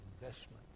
investment